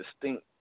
distinct